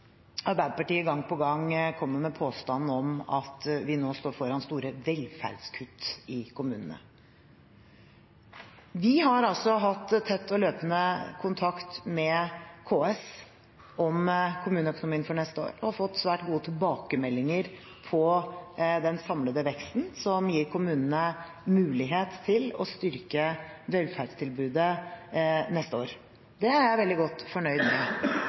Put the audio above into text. Arbeiderpartiet gang på gang kommer med påstanden om at vi nå står foran store velferdskutt i kommunene. Vi har hatt tett og løpende kontakt med KS om kommuneøkonomien for neste år og har fått svært gode tilbakemeldinger på den samlede veksten som gir kommunene mulighet til å styrke velferdstilbudet neste år. Det er jeg veldig godt fornøyd med.